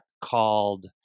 called